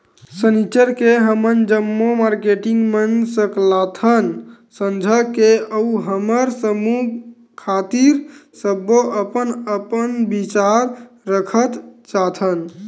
सनिच्चर के हमन जम्मो मारकेटिंग मन सकलाथन संझा के अउ हमर समूह खातिर सब्बो अपन अपन बिचार रखत जाथन